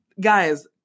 Guys